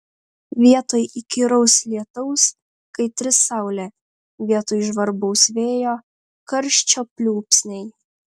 vietoj įkyraus lietaus kaitri saulė vietoj žvarbaus vėjo karščio pliūpsniai